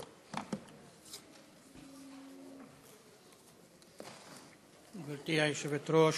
גברתי היושבת-ראש,